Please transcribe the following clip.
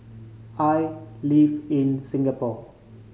I live in Singapore